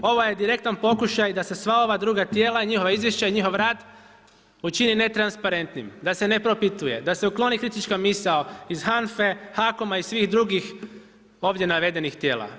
Ovo je direktan pokušaj da se sva ova druga tijela i njihova izvješća i njihov rad učini netransparentnim, da se ne propituje, da se ukloni kritička misao iz HANFA-e, HAKOM-a i svih drugih ovdje navedenih tijela.